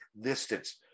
distance